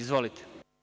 Izvolite.